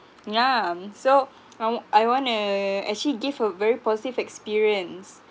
yeah so I w~ I want to actually give a very positive experience